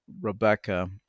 Rebecca